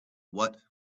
what